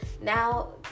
Now